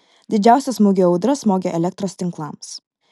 didžiausią smūgį audra smogė elektros tinklams